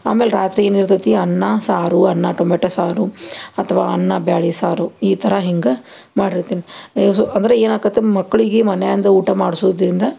ಆಮೇಲೆ ರಾತ್ರಿ ಏನಿರ್ತೈತಿ ಅನ್ನ ಸಾರು ಅನ್ನ ಟೊಮೆಟೋ ಸಾರು ಅಥವಾ ಅನ್ನ ಬ್ಯಾಳೆ ಸಾರು ಈ ಥರ ಹಿಂಗೆ ಮಾಡಿರ್ತೀನಿ ಸು ಅಂದರೆ ಏನಾಕೈತೆ ಮಕ್ಳಗೆ ಮನ್ಯಾಂದು ಊಟ ಮಾಡ್ಸೋದ್ರಿಂದ